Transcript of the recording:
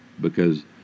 because